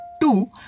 Two